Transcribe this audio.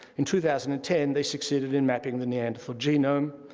in two thousand and ten, they succeeded in mapping the neanderthal genome.